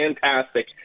fantastic